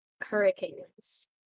hurricanes